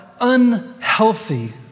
unhealthy